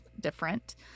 different